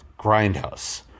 Grindhouse